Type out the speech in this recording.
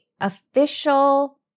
official